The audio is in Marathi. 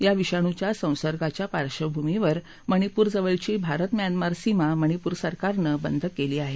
या विषाणूच्या संसर्गाच्या पार्बभूमीवर मणिपूर जवळची भारत म्यानमार सीमा मणिपूर सरकारनं बंद केली आहे